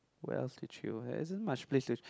where else to chill there isn't much place to